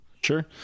Sure